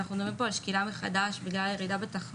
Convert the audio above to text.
אנחנו מדברים פה על שקילה מחדש בגלל ירידה בתחלואה,